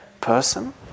person